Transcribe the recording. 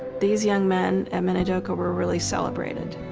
these young men at minidoka were really celebrated.